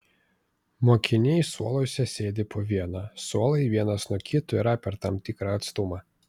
mokiniai suoluose sėdi po vieną suolai vienas nuo kito yra per tam tikrą atstumą